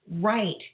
right